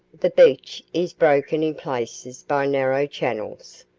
the beach is broken in places by narrow channels,